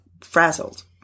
frazzled